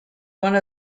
one